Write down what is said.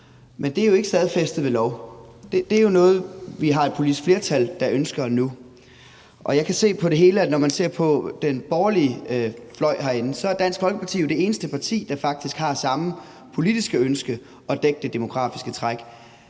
Men det er jo ikke stadfæstet ved lov. Det er noget, et politisk flertal ønsker nu. Jeg kan se på det hele, at når det gælder den borgerlige fløj herinde, er Dansk Folkeparti det eneste parti, der faktisk har samme politiske ønske om at dække det demografiske træk.